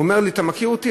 הוא אמר לי: אתה מכיר אותי?